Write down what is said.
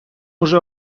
уже